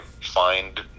find